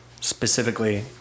Specifically